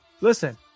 Listen